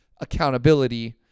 accountability